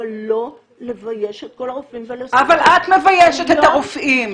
אבל לא לבייש את כל הרופאים ול --- אבל את מביישת את הרופאים.